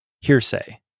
hearsay